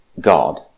God